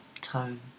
tone